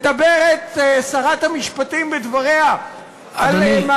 מדברת שרת המשפטים בדבריה על,